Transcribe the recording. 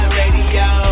radio